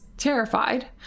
terrified